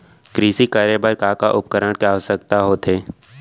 कृषि करे बर का का उपकरण के आवश्यकता होथे?